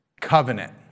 covenant